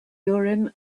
urim